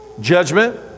Judgment